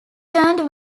turned